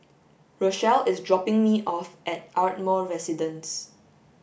Rochelle is dropping me off at Ardmore Residence